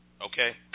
okay